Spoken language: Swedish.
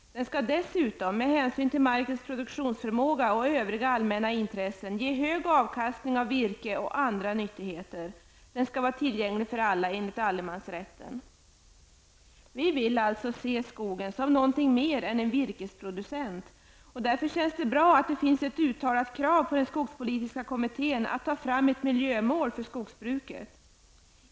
Den skall dessutom med hänsyn till markens produktionsförmåga och övriga allmänna intressen ge hög avkastning av virke och andra nyttigheter. Den skall vara tillgänglig för alla enligt allemansrätten. Vi vill alltså se skogen som någonting mer än en virkesproducent, och det känns därför bra att det finns ett uttalat krav på den skogspolitiska kommittén att ta fram ett miljömål för skogsbruket.